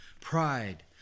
pride